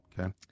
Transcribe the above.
Okay